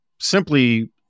simply